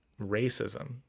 racism